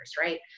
right